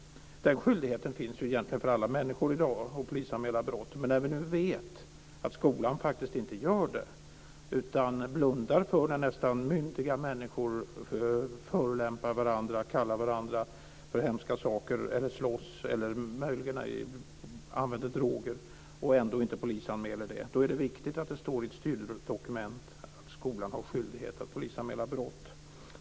Den skyldigheten att polisanmäla brott finns ju egentligen för alla människor i dag. Men när vi nu vet att skolan faktiskt inte gör det utan blundar för när nästan myndiga människor förolämpar varandra och kallar varandra för hemska saker, slåss eller möjligen använder droger och ändå inte polisanmäler det, då är det viktigt att det står i ett styrdokument att skolan har skyldighet att polisanmäla brott.